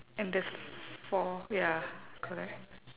and there's four ya correct